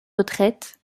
retraites